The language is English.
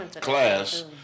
class